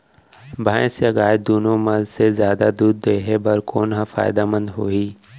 भैंस या गाय दुनो म से जादा दूध देहे बर कोन ह फायदामंद होही?